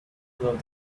observe